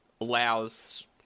allows